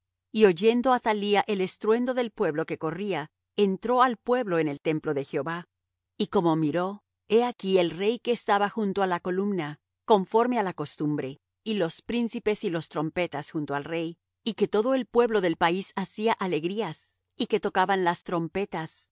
y oyendo athalía el estruendo del pueblo que corría entró al pueblo en el templo de jehová y como miró he aquí el rey que estaba junto á la columna conforme á la costumbre y los príncipes y los trompetas junto al rey y que todo el pueblo del país hacía alegrías y que tocaban las trompetas